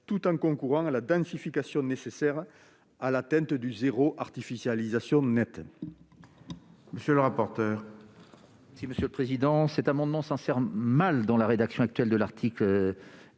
tout en concourant à la densification nécessaire à l'atteinte du « zéro artificialisation nette